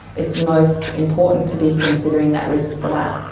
it's most important to be considering that risk for that.